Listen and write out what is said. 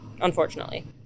unfortunately